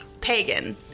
pagan